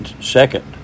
second